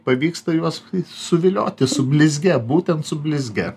pavyksta juos suvilioti su blizge būtent su blizge